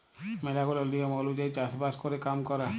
ম্যালা গুলা লিয়ম ওলুজায়ই চাষ বাস ক্যরে কাম ক্যরে